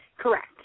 Correct